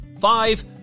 five